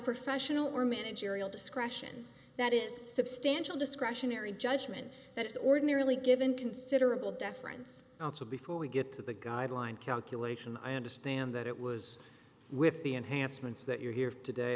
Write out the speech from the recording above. professional or managerial discretion that is substantial discretionary judgment that is ordinarily given considerable deference also before we get to the guideline calculation i understand that it was with the enhancements that you're here today